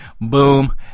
Boom